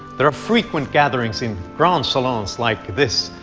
there are frequent gatherings in grand salons like this,